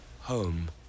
home